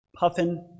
Puffin